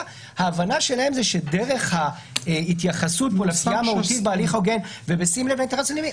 היא שדרך ההתייחסות לפגיעה המהותית בהליך ההוגן ובשים לב לאינטרס הציבורי,